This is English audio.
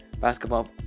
basketball